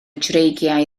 dreigiau